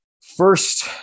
first